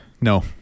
no